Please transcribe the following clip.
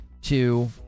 two